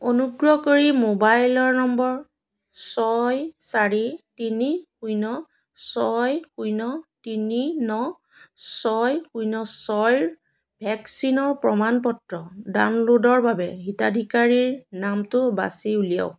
অনুগ্ৰহ কৰি mobile number ছয় চাৰি তিনি শূন্য় ছয় শূন্য় তিনি ন ছয় শূন্য় ছয়ৰ ভেকচিনৰ প্ৰমাণ পত্ৰ ডাউনলোডৰ বাবে হিতাধিকাৰীৰ নামটো বাছি উলিয়াওক